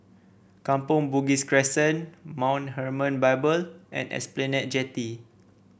Kampong Bugis Crescent Mount Hermon Bible and Esplanade Jetty